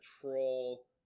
troll